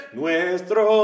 nuestro